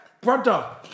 Brother